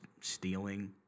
stealing